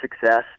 success